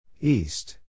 East